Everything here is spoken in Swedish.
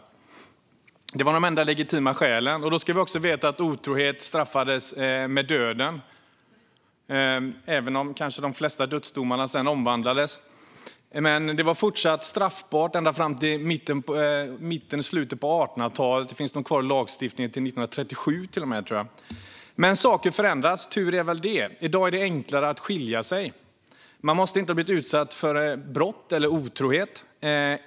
Det var de enda legitima skälen. Och då ska vi veta att otrohet straffades med döden, även om de flesta dödsdomar sedan omvandlades. Det var fortfarande straffbart ända fram till mitten eller slutet av 1800-talet, och jag tror att detta fanns kvar i lagstiftningen ända fram till 1937. Men saker förändras, och tur är väl det. I dag är det enklare att skilja sig. Man måste inte ha blivit utsatt för brott eller otrohet.